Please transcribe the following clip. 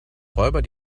räuber